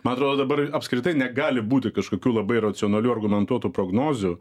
man atrodo dabar apskritai negali būti kažkokių labai racionalių argumentuotų prognozių